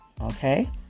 Okay